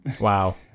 Wow